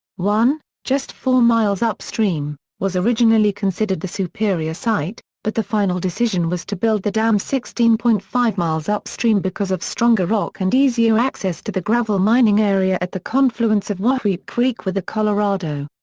one, just four miles upstream, was originally considered the superior site, but the final decision was to build the dam sixteen point five miles upstream because of stronger rock and easier access to the gravel mining area at the confluence of wahweap creek with the colorado.